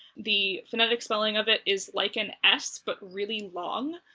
the phonetic spelling of it is like an s but really long.